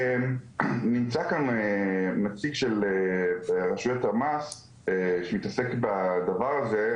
נמצא כאן נציג של רשויות המס שמתעסק בדבר הזה,